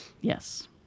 Yes